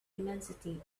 immensity